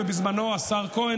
ובזמנו השר כהן,